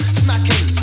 smacking